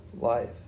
life